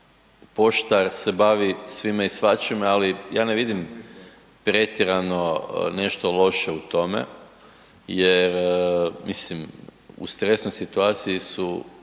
pošta se bavi svime i svačime, ali ja ne vidim pretjerano nešto loše u tome jer mislim u stresnoj situaciji su